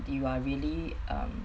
you are really um